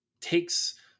takes